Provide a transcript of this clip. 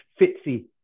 Fitzy